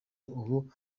ubu